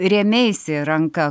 rėmeisi ranka